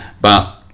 but-